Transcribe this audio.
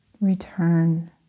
Return